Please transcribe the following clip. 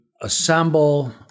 assemble